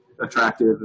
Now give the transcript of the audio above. attractive